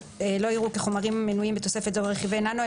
לא יראו את החומרים המנויים בתוספת זו כרכיבי ננו,